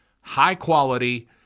high-quality